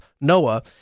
Noah